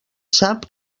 sap